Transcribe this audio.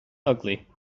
ugly